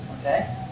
okay